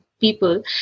people